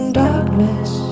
darkness